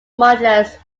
modulus